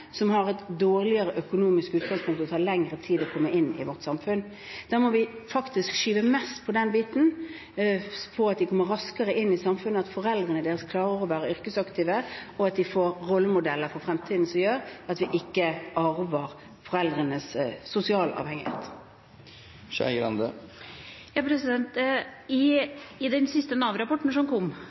som har et dårligere økonomisk utgangspunkt, og for disse tar det lengre tid å komme inn i vårt samfunn. Vi må faktisk gjøre mest på det området og sørge for at de kommer raskere inn i samfunnet, og at foreldrene deres klarer å være yrkesaktive, og at de får rollemodeller for fremtiden som gjør at de ikke arver foreldrenes sosialhjelpavhengighet. I den siste Nav-rapporten som kom,